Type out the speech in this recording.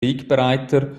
wegbereiter